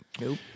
Nope